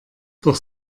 doch